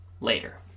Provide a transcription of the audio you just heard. later